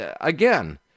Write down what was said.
again